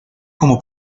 como